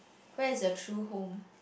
where is your true home